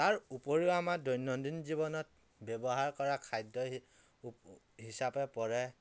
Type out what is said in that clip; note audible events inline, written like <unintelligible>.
তাৰ উপৰিও আমাৰ দৈনন্দিন জীৱনত ব্যৱহাৰ কৰা খাদ্য <unintelligible> হিচাপে পৰে